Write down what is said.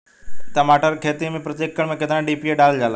टमाटर के खेती मे प्रतेक एकड़ में केतना डी.ए.पी डालल जाला?